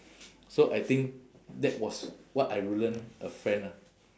so I think that was what I ruin a friend ah